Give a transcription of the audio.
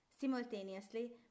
Simultaneously